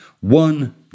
one